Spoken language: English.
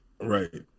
Right